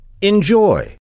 Enjoy